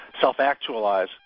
self-actualize